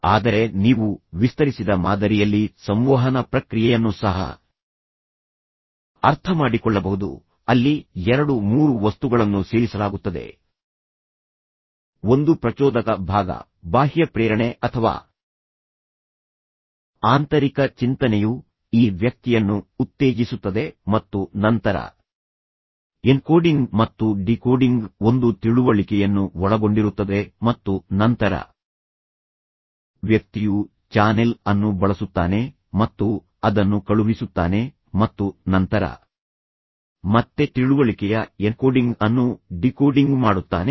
ಆದರೆ ನೀವು ವಿಸ್ತರಿಸಿದ ಮಾದರಿಯಲ್ಲಿ ಸಂವಹನ ಪ್ರಕ್ರಿಯೆಯನ್ನು ಸಹ ಅರ್ಥಮಾಡಿಕೊಳ್ಳಬಹುದು ಅಲ್ಲಿ ಎರಡು ಮೂರು ವಸ್ತುಗಳನ್ನು ಸೇರಿಸಲಾಗುತ್ತದೆ ಒಂದು ಪ್ರಚೋದಕ ಭಾಗ ಬಾಹ್ಯ ಪ್ರೇರಣೆ ಅಥವಾ ಆಂತರಿಕ ಚಿಂತನೆಯು ಈ ವ್ಯಕ್ತಿಯನ್ನು ಉತ್ತೇಜಿಸುತ್ತದೆ ಮತ್ತು ನಂತರ ಎನ್ಕೋಡಿಂಗ್ ಮತ್ತು ಡಿಕೋಡಿಂಗ್ ಒಂದು ತಿಳುವಳಿಕೆಯನ್ನು ಒಳಗೊಂಡಿರುತ್ತದೆ ಮತ್ತು ನಂತರ ವ್ಯಕ್ತಿಯು ಚಾನೆಲ್ ಅನ್ನು ಬಳಸುತ್ತಾನೆ ಮತ್ತು ಅದನ್ನು ಕಳುಹಿಸುತ್ತಾನೆ ಮತ್ತು ನಂತರ ಮತ್ತೆ ತಿಳುವಳಿಕೆಯ ಎನ್ಕೋಡಿಂಗ್ ಅನ್ನು ಡಿಕೋಡಿಂಗ್ ಮಾಡುತ್ತಾನೆ